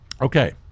Okay